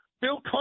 Bill